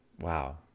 Wow